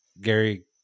Gary